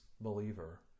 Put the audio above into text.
believer